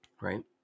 Right